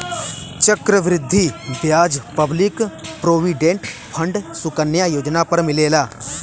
चक्र वृद्धि ब्याज public provident fund Sukanya Yojana पर मिलेला